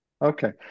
Okay